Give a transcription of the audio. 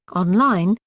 online,